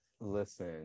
Listen